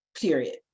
period